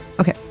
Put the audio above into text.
Okay